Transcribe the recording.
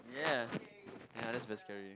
yeah yeah that's very scary